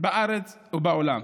בארץ ובעולם,